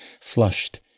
flushed